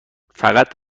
فقط